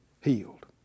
healed